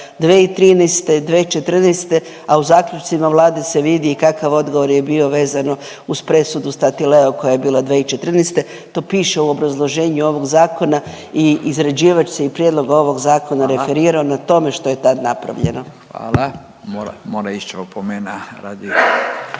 2013., 2014., a u zaključcima Vlade se vidi i kakav odgovor je bio vezano uz presudu Statileo koja je bila 2014., to piše u obrazloženju ovog zakona i izrađivač se i prijedloga ovoga zakona … …/Upadica Furio Radin: Hvala./… … referira